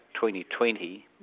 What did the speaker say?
2020